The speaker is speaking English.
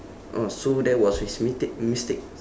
ah so that was his mistake mistake